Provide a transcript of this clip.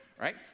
right